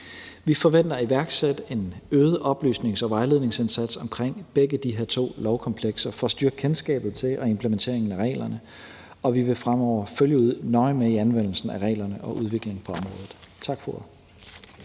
Vi forventer at iværksætte en øget oplysnings- og vejledningsindsats omkring begge de her to lovkomplekser for at styrke kendskabet til og implementeringen af reglerne, og vi vil fremover følge nøje med i anvendelsen af reglerne og udviklingen på området. Tak for